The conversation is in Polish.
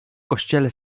kościele